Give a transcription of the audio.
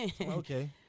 Okay